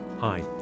Hi